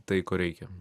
tai ko reikia